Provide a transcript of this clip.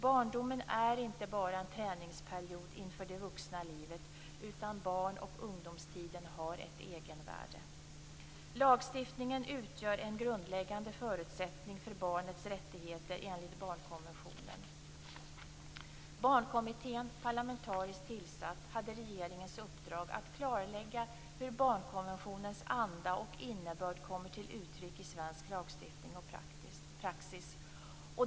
Barndomen är inte bara en träningsperiod inför det vuxna livet, utan barn och ungdomstiden har ett egenvärde. Lagstiftningen utgör en grundläggande förutsättning för barnets rättigheter enligt barnkonventionen. Barnkommittén, parlamentariskt tillsatt, hade regeringens uppdrag att klarlägga hur barnkonventionens anda och innebörd kommer till uttryck i svensk lagstiftning och praxis.